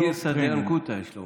גירסא דינקותא יש לו,